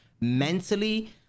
mentally